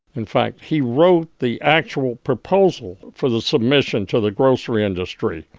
in fact, he wrote the actual proposal for the submission to the grocery industry,